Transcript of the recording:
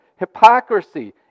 hypocrisy